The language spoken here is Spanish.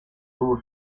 tuvo